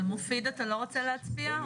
אבל מופיד, אתה לא רוצה להצביע?